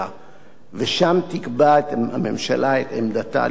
ושם תקבע הממשלה את עמדתה לגבי הדוח.